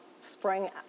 spring